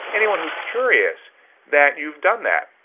anyone who's curious that you've done that?